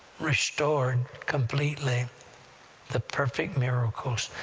restored completely the perfect miracles.